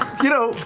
you know,